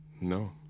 No